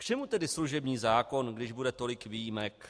K čemu tedy služební zákon, když bude tolik výjimek?